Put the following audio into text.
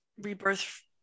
rebirth